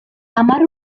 hamar